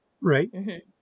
right